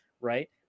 Right